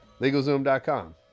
LegalZoom.com